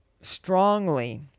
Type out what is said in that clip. strongly